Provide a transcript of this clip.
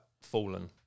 fallen